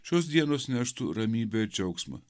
šios dienos neštų ramybę džiaugsmą